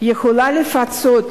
יכולה לפצות,